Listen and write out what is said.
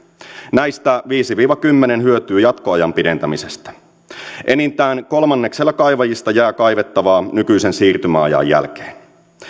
näistä viisi viiva kymmenen hyötyy jatkoajan pidentämisestä enintään kolmanneksella kaivajista jää kaivettavaa nykyisen siirtymäajan jälkeen